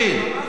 עכשיו?